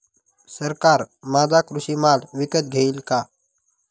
सरकार माझा कृषी माल विकत घेईल का?